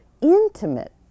intimate